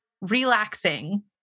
relaxing